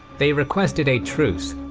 they requested a truce,